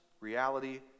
reality